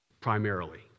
primarily